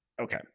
okay